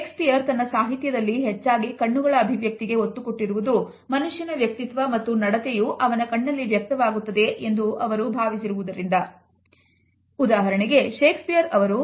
Shakespeare ತನ್ನ ಸಾಹಿತ್ಯದಲ್ಲಿ ಹೆಚ್ಚಾಗಿ ಕಣ್ಣುಗಳ ಅಭಿವ್ಯಕ್ತಿಗೆ ಒತ್ತು ಕೊಟ್ಟಿದ್ದು ಮನುಷ್ಯನ ವ್ಯಕ್ತಿತ್ವ ಅಥವಾ ನಡತೆಯು ಅವನ ಕಣ್ಣಿನಲ್ಲಿ ವ್ಯಕ್ತವಾಗುತ್ತದೆ ಎಂದು ಅವರು ಭಾವಿಸಿದ್ದರು